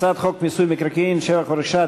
הצעת חוק מיסוי מקרקעין (שבח ורכישה)